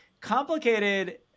complicated